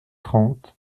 trente